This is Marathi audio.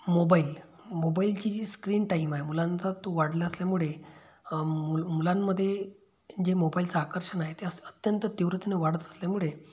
मोबाईल मोबाईलची जी स्क्रीन टाईम आहे मुलांचा तो वाढला असल्यामुळे मु मुलांमध्ये जे मोबाईलचं आकर्षण आहे ते अत्यंत तीव्रतेने वाढत असल्यामुळे